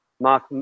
Mark